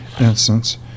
instance